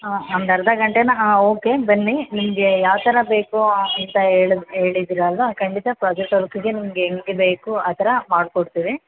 ಹಾಂ ಒಂದು ಅರ್ಧ ಗಂಟೆನಾ ಹಾಂ ಓಕೆ ಬನ್ನಿ ನಿಮಗೆ ಯಾವ ಥರ ಬೇಕು ಅಂತ ಹೇಳದ್ ಹೇಳಿದ್ರಲ್ವ ಖಂಡಿತ ಪ್ರಾಜೆಕ್ಟ್ ವರ್ಕಿಗೆ ನಿಮಗೆ ಹೆಂಗೆ ಬೇಕು ಆ ಥರ ಮಾಡಿಕೊಡ್ತೀವಿ